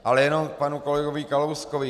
Ale jenom k panu kolegovi Kalouskovi.